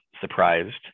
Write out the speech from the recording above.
surprised